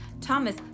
Thomas